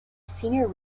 senior